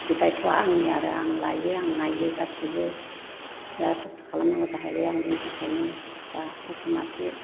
बे दायथ'वा आंनि आरो आं लायो आं नायो गासिबो बिराथ खस्थ' खालामनांगौ जाखायो आंनि थाखायनो दा मोसौ मासे